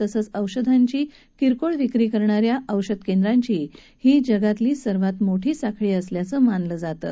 तसंच औषधांची किरकोळ विक्री करणाऱ्या औषध केंद्रांची ही जगातली सगळ्यात मोठी साखळी असल्याचंही मानलं जातं